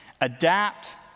Adapt